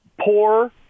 poor